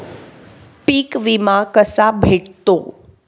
पीक विमा कसा भेटतो?